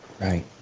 Right